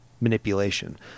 manipulation